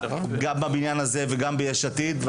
גם בבניין הזה וגם ביש עתיד.